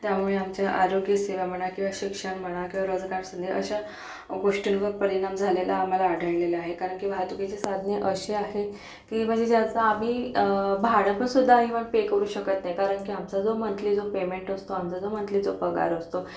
त्यामुळे आमच्या आरोग्य सेवा म्हणा किंवा शिक्षण म्हणा किंवा रोजगार संधी अशा गोष्टींवर परिणाम झालेला आम्हाला आढळलेला आहे कारण की वाहतुकीची साधने अशी आहे की म्हणजे ज्याचा आम्ही भाड्याचासुद्धा इवन पे करू शकत नाही कारण की आमचा जो मंथली जो पेमेंट असतो आमचा जो मंथली जो पगार असतो